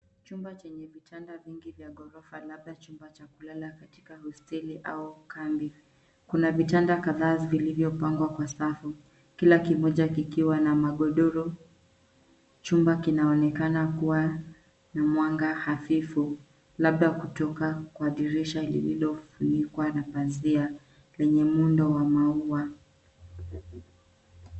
Chumba chenye vitanda vingi vya ghorofa labda chumba cha kulala katika hosteli au kambi. Kuna vitanda kadhaa vilivyopangwa kwa safu kila kimoja kikiwa na magodoro. Chumba kinaonekana kuwa na mwanga hafifu labda kutoka kwa dirisha lililofunikwa na pazia lenye muundo wa maua.